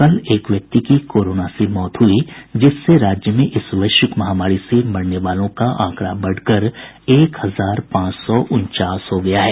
कल एक व्यक्ति की कोरोना से मौत हुई जिससे राज्य में इस वैश्विक महामारी से मरने वालों का आंकड़ा बढ़ कर एक हजार पांच सौ उनचास हो गया है